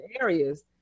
areas